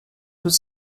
was